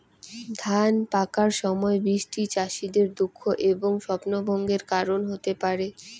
ধান পাকার সময় বৃষ্টি চাষীদের দুঃখ এবং স্বপ্নভঙ্গের কারণ হতে পারে